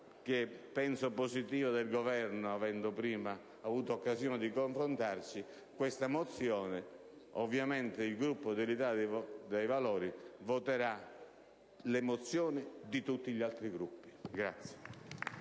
che penso positiva, del Governo, avendo prima avuto occasione di confrontarci, questa mozione. Ovviamente, il Gruppo dell'Italia dei Valori voterà a favore delle mozioni di tutti gli altri Gruppi.